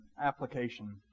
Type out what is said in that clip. application